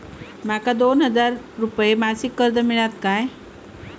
माका दोन हजार रुपये मासिक कर्ज मिळात काय?